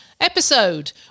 episode